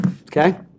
okay